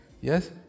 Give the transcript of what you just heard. Yes